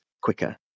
quicker